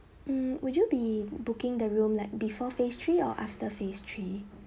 um would you be booking the room like before phase three or after phase three